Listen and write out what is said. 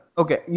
okay